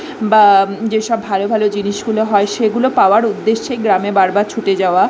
বা যে সব ভালো ভালো জিনিসগুলো হয় সেগুলো পাওয়ার উদ্দেশ্যেই গ্রামে বারবার ছুটে যাওয়া